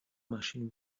machine